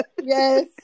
yes